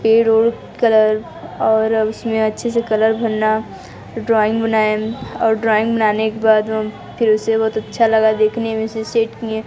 पेड़ उड़ कलर और उसमें अच्छे से कलर भरना ड्राॅइंग बनाएँ और ड्राइंग बनाने के बाद में हम फिर उसे बहुत अच्छा लगा देखने में से सेट किए